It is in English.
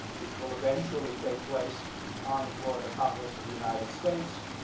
which will eventually take place on the floor of the congress of the united states,